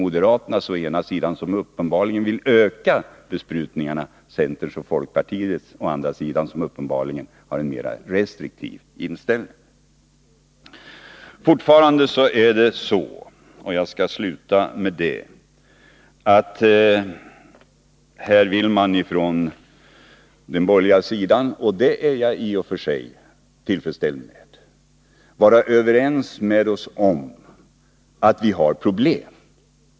Moderaterna å ena sidan vill uppenbarligen öka besprutningarna, medan centern och folkpartiet å andra sidan uppenbarligen har en mera restriktiv inställning. Jag skall avsluta med att säga att jag i och för sig är till freds med att man från den borgerliga sidan är överens med oss om att vi har problem.